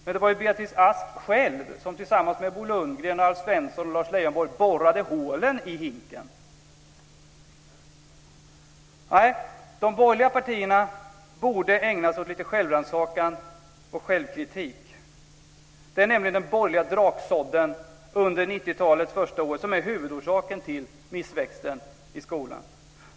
Men det var ju Beatrice Ask som tillsammans med De borgerliga partierna borde ägna sig åt lite självrannsakan och självkritik. Det är nämligen den borgerliga draksådden under 90-talets första år som är huvudorsaken till missväxten i skolan.